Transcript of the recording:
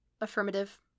Affirmative